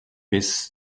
bis